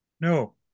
No